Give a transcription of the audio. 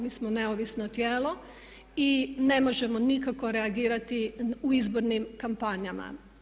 Mi smo neovisno tijelo i ne možemo nikako reagirati u izbornim kampanjama.